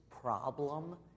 problem